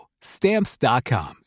stamps.com